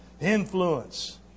Influence